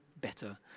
better